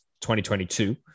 2022